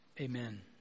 Amen